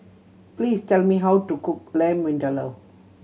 please tell me how to cook Lamb Vindaloo